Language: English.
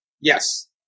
Yes